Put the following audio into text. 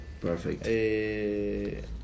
perfect